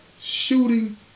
shooting